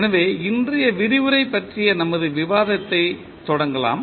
எனவே இன்றைய விரிவுரை பற்றிய நமது விவாதத்தைத் தொடங்குவோம்